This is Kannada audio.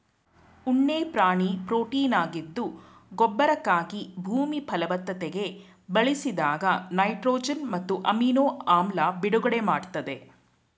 ಉಣ್ಣೆ ಪ್ರಾಣಿ ಪ್ರೊಟೀನಾಗಿದ್ದು ಗೊಬ್ಬರಕ್ಕಾಗಿ ಭೂಮಿ ಫಲವತ್ತತೆಗೆ ಬಳಸಿದಾಗ ನೈಟ್ರೊಜನ್ ಮತ್ತು ಅಮಿನೊ ಆಮ್ಲ ಬಿಡುಗಡೆ ಮಾಡ್ತದೆ